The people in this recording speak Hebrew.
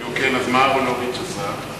כן, אז מה אהרונוביץ עשה?